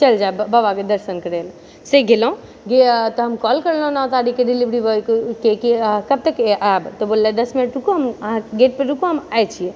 चलि जाएब बाबाके दर्शन करैला से गेलहुँ तऽ हम कॉल करलहुँ तारिकके डिलीवरी बॉयके कि कब तक आएब तऽ बोललक दश मिनट रुकू हम अहाँ गेट पऽ रुकू हम आबए छी